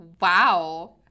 Wow